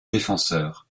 défenseur